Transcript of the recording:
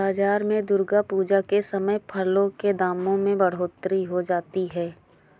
बाजार में दुर्गा पूजा के समय फलों के दामों में बढ़ोतरी हो जाती है